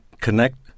connect